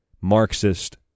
Marxist